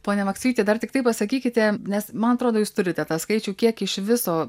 pone maksvyti dar tiktai pasakykite nes man atrodo jūs turite tą skaičių kiek iš viso